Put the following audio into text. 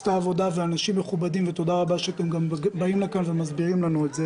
של אנשים מכובדים ותודה רבה שאתם באים לכאן ומסבירים לנו את זה